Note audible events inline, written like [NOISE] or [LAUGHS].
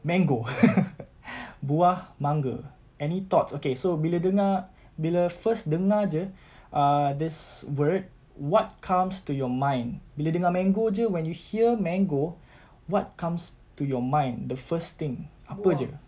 mango [LAUGHS] buah mangga any thoughts okay so bila dengar bila first dengar jer uh this word what comes to your mind bila dengar mango jer when you hear mango [BREATH] what comes to your mind the first thing apa jer